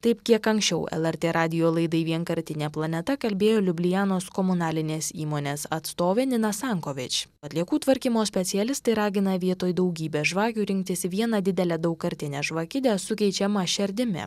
taip kiek anksčiau lrt radijo laidai vienkartinė planeta kalbėjo liublianos komunalinės įmonės atstovė nina sankovič atliekų tvarkymo specialistai ragina vietoj daugybės žvakių rinktis vieną didelę daugkartinę žvakidę su keičiama šerdimi